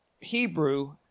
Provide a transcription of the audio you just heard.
Hebrew